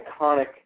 iconic